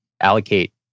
allocate